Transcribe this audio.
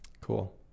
Cool